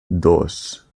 dos